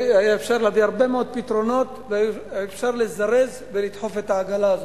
הרבה מאוד פתרונות, לזרז ולדחוף את העגלה הזאת.